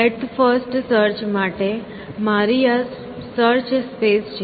breadth first search માટે આ મારી સર્ચ સ્પેસ છે